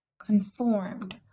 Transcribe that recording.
conformed